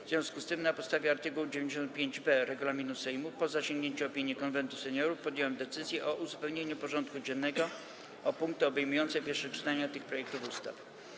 W związku z tym, na podstawie art. 95b regulaminu Sejmu, po zasięgnięciu opinii Konwentu Seniorów, podjąłem decyzję o uzupełnieniu porządku dziennego o punkty obejmujące pierwsze czytania tych projektów ustaw.